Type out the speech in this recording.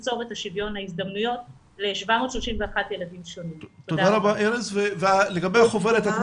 לנסות לייצר מצב שבו ילדים ככל שהם יכולים וככל שאנחנו